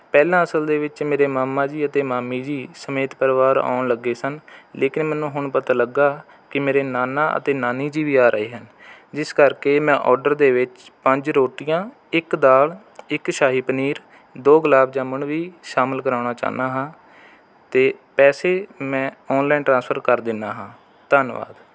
ਪਹਿਲਾਂ ਅਸਲ ਦੇ ਵਿੱਚ ਮੇਰੇ ਮਾਮਾ ਜੀ ਅਤੇ ਮਾਮੀ ਜੀ ਸਮੇਤ ਪਰਿਵਾਰ ਆਉਣ ਲੱਗੇ ਸਨ ਲੇਕਿਨ ਮੈਨੂੰ ਹੁਣ ਪਤਾ ਲੱਗਾ ਕਿ ਮੇਰੇ ਨਾਨਾ ਅਤੇ ਨਾਨੀ ਜੀ ਵੀ ਆ ਰਹੇ ਹਨ ਜਿਸ ਕਰਕੇ ਮੈਂ ਆਰਡਰ ਦੇ ਵਿੱਚ ਪੰਜ ਰੋਟੀਆਂ ਇੱਕ ਦਾਲ ਇੱਕ ਸ਼ਾਹੀ ਪਨੀਰ ਦੋ ਗੁਲਾਬ ਜਾਮਣ ਵੀ ਸ਼ਾਮਿਲ ਕਰਵਾਉਣਾ ਚਾਹੁੰਦਾ ਹਾਂ ਅਤੇ ਪੈਸੇ ਮੈਂ ਔਨਲਾਈਨ ਟਰਾਂਸਫਰ ਕਰ ਦਿੰਦਾ ਹਾਂ ਧੰਨਵਾਦ